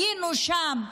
היינו שם,